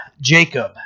Jacob